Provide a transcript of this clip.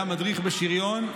היה מדריך בשריון,